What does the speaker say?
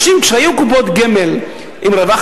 כשהיו קופות גמל עם רווח,